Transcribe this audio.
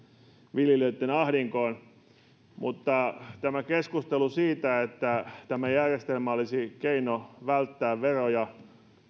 viljelijöitten ahdingosta mutta keskustelu siitä että tämä järjestelmä olisi keino välttää veroja